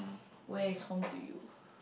where is home to you